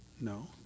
No